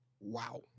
Wow